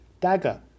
Dagger